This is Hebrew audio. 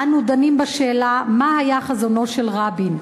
אנו דנים בשאלה מה היה חזונו של רבין,